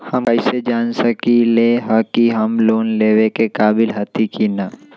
हम कईसे जान सकली ह कि हम लोन लेवे के काबिल हती कि न?